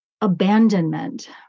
abandonment